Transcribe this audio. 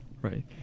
Right